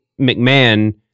McMahon